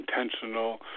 intentional